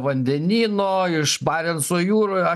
vandenyno iš barenco jūroj